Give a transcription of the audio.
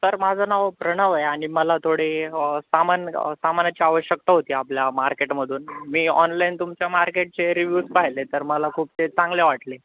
sir माझं नाव प्रणव आहे आणि मला थोडी सामान सामानाची आवश्यकता होती आपल्या मार्केटमधून मी ऑनलाईन तुमच्या मार्केटचे रिव्यूज पाहिले तर मला खूप ते चांगले वाटले